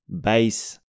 base